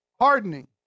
hardening